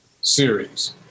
series